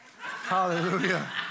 Hallelujah